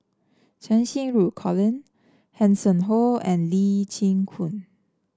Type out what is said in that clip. Cheng Xinru Colin Hanson Ho and Lee Chin Koon